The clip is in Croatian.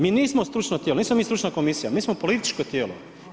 Mi nismo stručno tijelo, nismo mi stručna komisija, mi smo političko tijelo.